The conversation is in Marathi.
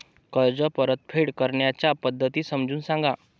कर्ज परतफेड करण्याच्या पद्धती समजून सांगा